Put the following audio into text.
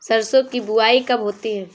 सरसों की बुआई कब होती है?